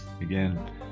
Again